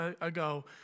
ago